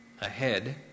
ahead